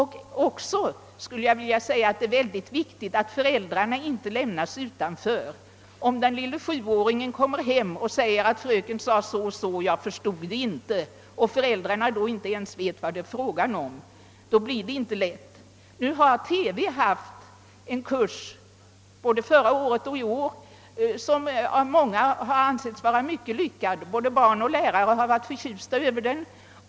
Likaså är det oerhört viktigt att inte föräldrarna lämnas utanför. Om en liten sjuåring kommer hem och säger att »fröken sade så och så, men jag förstod det inte», och om föräldrarna då inte ens vet vad det är fråga om, så blir det inte lätt. I TV har man både förra året och i år haft en kurs, som många har ansett vara mycket lyckad. Både barn och lärare har varit förtjusta i den.